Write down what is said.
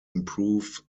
improve